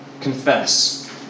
Confess